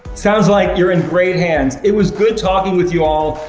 sounds like you're in great hands. it was good talking with you all.